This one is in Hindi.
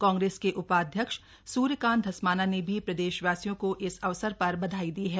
कांग्रेस के उपाध्यक्ष स्र्यकान्त धस्माना ने भी प्रदेशवासियों को इस अवसर पर बधाई दी है